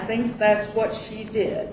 think that's what she did